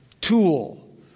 tool